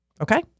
Okay